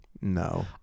No